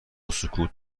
سکوت